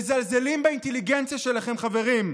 מזלזלים באינטליגנציה שלכם, חברים.